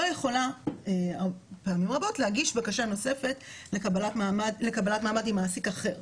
יכולה פעמים רבות להגיש בקשה נוספת לקבל מעמד עם מעסיק אחר.